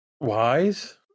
Wise